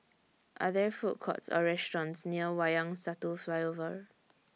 Are There Food Courts Or restaurants near Wayang Satu Flyover